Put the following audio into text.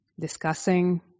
discussing